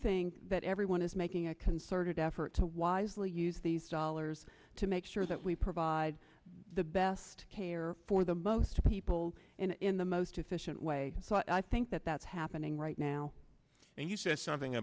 think that everyone is making a concerted effort to wisely use these dollars to make sure that we provide the best care for the most people in the most efficient way so i think that that's happening right now and you said something